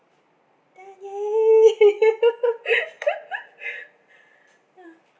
ah !yay!